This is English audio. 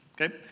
Okay